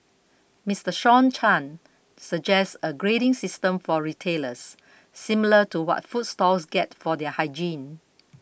Mister Sean Chan suggests a grading system for retailers similar to what food stalls get for their hygiene